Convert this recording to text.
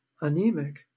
anemic